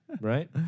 Right